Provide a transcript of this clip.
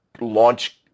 launch